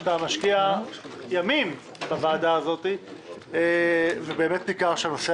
שאתה משקיע ימים בוועדה הזאת ובאמת ניכר שהנושא